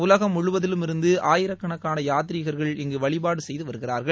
உலகம் முழுவதிலிருந்து ஆயிரக்கணக்கான யாத்ரீகர்கள் இங்கு வழிபாடு செய்து வருகிறார்கள்